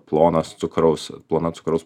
plonas cukraus plona cukraus